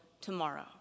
tomorrow